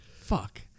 Fuck